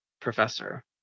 professor